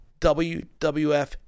WWF